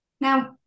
Now